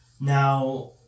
Now